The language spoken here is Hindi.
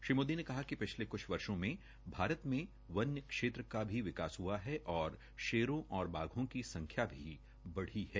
श्री मोदी ने कहा कि शिछले क्छ वर्षो में भारत में वन्य क्षेत्र का भी विकास हुआ है और शेरों और बाघों की संख्या भी बढ़ी है